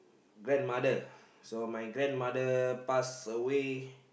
grandmother so my grandmother passed away